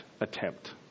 attempt